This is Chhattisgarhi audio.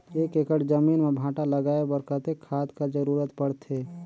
एक एकड़ जमीन म भांटा लगाय बर कतेक खाद कर जरूरत पड़थे?